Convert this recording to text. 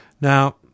Now